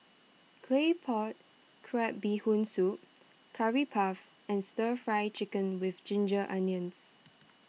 Claypot Crab Bee Hoon Soup Curry Puff and Stir Fry Chicken with Ginger Onions